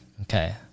Okay